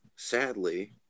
Sadly